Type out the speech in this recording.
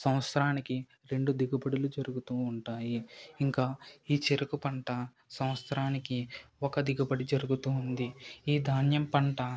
సంవత్సరానికి రెండు దిగుబడులు జరుగుతూ ఉంటాయి ఇంకా ఈ చెరుకు పంట సంవత్సరానికి ఒక దిగుబడి జరుగుతుంది ఈ ధాన్యం పంట